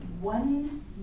one